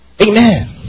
Amen